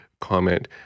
comment